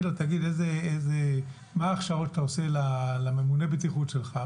אותו מה ההכשרות שהוא עושה לממונה הבטיחות שלך,